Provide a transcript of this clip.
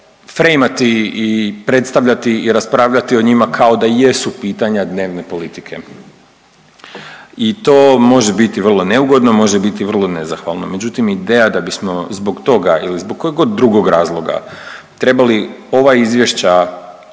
frejmati i predstavljati i raspravljati o njima kao da jesu pitanja dnevne politike. I to može biti vrlo neugodno, može biti vrlo nezahvalno. Međutim, ideja da bismo zbog toga ili zbog kojeg god drugog razloga trebali ova izvješća